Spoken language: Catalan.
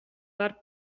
per